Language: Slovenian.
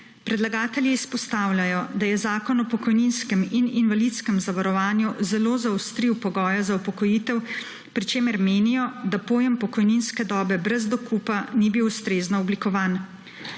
Predlagatelji izpostavljajo, da je Zakon o pokojninskem in invalidskem zavarovanju zelo zaostril pogoje za upokojitev, pri čemer menijo, da pojem pokojninske dobe brez dokupa ni bil ustrezno oblikovan.